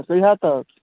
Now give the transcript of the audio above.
तऽ कहिया तक